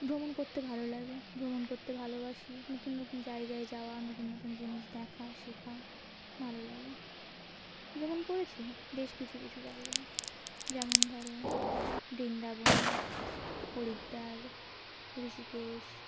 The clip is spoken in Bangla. ভ্রমণ করতে ভালো লাগে ভ্রমণ করতে ভালোবাসি নতুন নতুন জায়গায় যাওয়া নতুন নতুন জিনিস দেখা শেখা ভালো লাগে ভ্রমণ করেছি বেশ কিছু কিছু জায়গায় যেমন ধরো বৃন্দাবন হরিদ্বার হৃষীকেশ